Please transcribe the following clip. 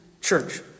church